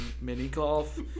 mini-golf